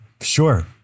Sure